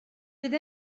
bydd